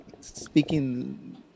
speaking